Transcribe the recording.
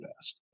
best